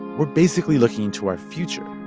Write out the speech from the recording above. we're basically looking to our future.